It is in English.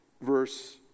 verse